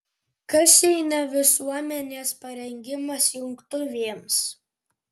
kas jei ne visuomenės parengimas jungtuvėms